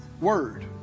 word